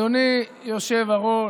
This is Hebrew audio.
אדוני היושב-ראש,